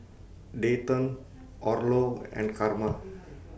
Dayton Orlo and Carma